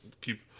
keep